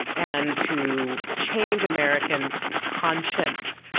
and to change american conscience.